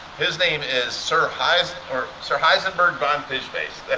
his name is sir heisenberg sir heisenberg von fishface. that's